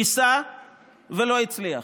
ניסה ולא הצליח.